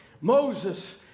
Moses